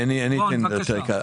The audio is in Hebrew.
רון, בבקשה.